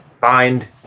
Find